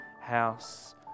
house